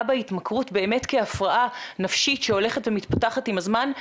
בהתמכרות באמת כהפרעה נפשית שהולכת ומתפתחת עם הזמן,